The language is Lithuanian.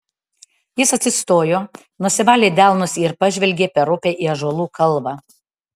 jis atsistojo nusivalė delnus ir pažvelgė per upę į ąžuolų kalvą